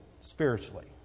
spiritually